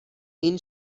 این